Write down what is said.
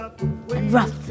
rough